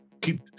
keep